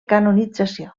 canonització